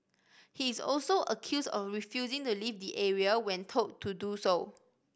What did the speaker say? he is also accused of refusing to leave the area when told to do so